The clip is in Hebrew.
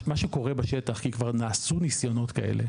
מה שקורה בשטח וכבר נעשו ניסיונות כאלה,